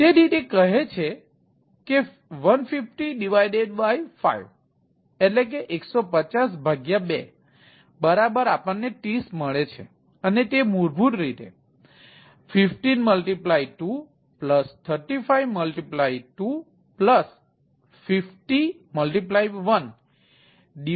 તેથી તે કહે છે કે 150530 છે અને તે મૂળભૂત રીતે 152352501221છે